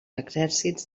exèrcits